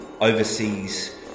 overseas